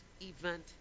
event